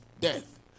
Death